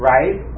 Right